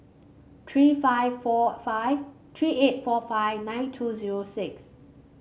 three five four five three eight four five nine two zero six